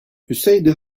hüseyni